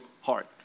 heart